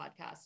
podcast